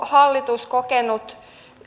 hallitus kokenut